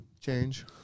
change